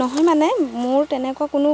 নহয় মানে মোৰ তেনেকুৱা কোনো